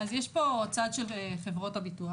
אז יש את הצד של חברות הביטוח,